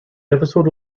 episode